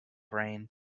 brain